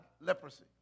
leprosy